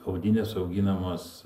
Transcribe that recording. audinės auginamos